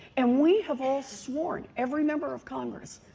and we have all sworn, every member of congress,